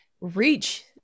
reach